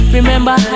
Remember